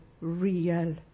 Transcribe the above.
real